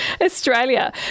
Australia